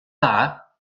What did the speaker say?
dda